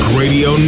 radio